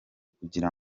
kugira